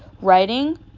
writing